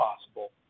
possible